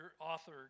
author